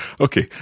Okay